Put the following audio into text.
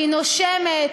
היא נושמת,